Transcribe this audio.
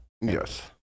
Yes